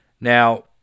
Now